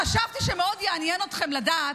את לא נראית כמו מי --- חשבתי שמאוד יעניין אתכם לדעת,